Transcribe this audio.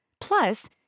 Plus